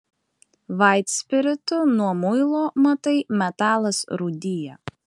vaitspiritu nuo muilo matai metalas rūdija